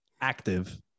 active